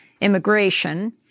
immigration